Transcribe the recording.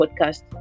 podcast